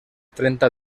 trenta